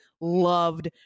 loved